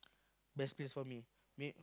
best place for me may